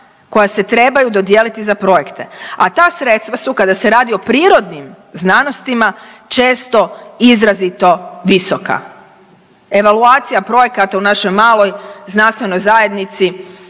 koja se trebaju dodijeliti za projekte, a ta sredstva su kada se radi o prirodnim znanostima često izrazito visoka. Evaluacija projekata u našoj maloj znanstvenoj zajednici